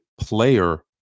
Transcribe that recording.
player